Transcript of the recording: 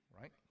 right